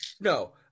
No